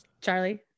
Charlie